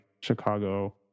Chicago